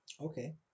okay